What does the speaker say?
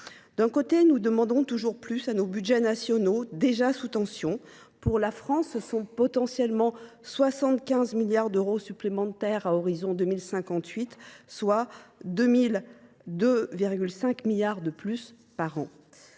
D’un côté, nous demandons toujours plus à nos budgets nationaux, déjà sous tension. Pour la France, ce sont potentiellement 75 milliards d’euros supplémentaires à l’horizon 2058, soit 2,5 milliards d’euros de plus par an.